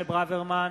ההסתייגות,